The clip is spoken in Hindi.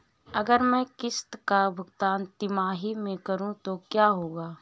अगर मैं किश्त का भुगतान तिमाही में करूं तो क्या होगा?